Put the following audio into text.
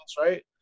right